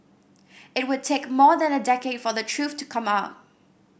it would take more than a decade for the truth to come out